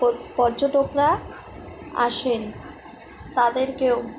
প পর্যটকরা আসেন তাদেরকেও